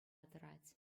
тӑрать